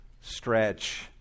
Stretch